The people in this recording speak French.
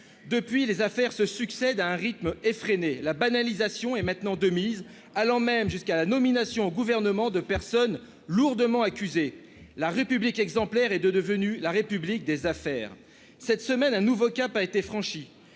depuis les affaires se succèdent à un rythme effréné, la banalisation et maintenant de mise, allant même jusqu'à la nomination au gouvernement de personnes lourdement accusé la république exemplaire et de devenue la République des affaires cette semaine un nouveau cap a été franchi